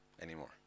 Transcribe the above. anymore